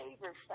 favorite